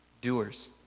doers